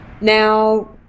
Now